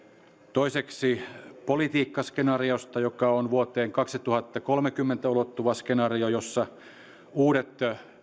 toiseksi politiikkaskenaariosta joka on vuoteen kaksituhattakolmekymmentä ulottuva skenaario jossa uudet